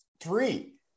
three